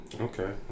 okay